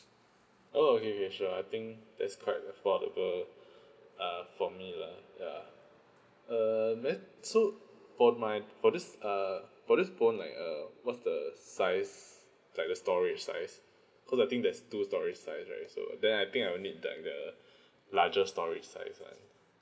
oh okay okay sure I think that's quite affordable uh for me lah ya err then so for my for this uh for this phone like uh what's the size like the storage size because I think that's dual storage size right so then I think I will need that the larger storage size one